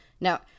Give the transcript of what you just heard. now